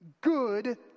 good